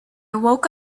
woke